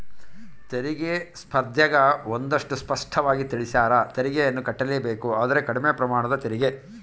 ತೆರಿಗೆ ಸ್ಪರ್ದ್ಯಗ ಒಂದಷ್ಟು ಸ್ಪಷ್ಟವಾಗಿ ತಿಳಿಸ್ಯಾರ, ತೆರಿಗೆಯನ್ನು ಕಟ್ಟಲೇಬೇಕು ಆದರೆ ಕಡಿಮೆ ಪ್ರಮಾಣದ ತೆರಿಗೆ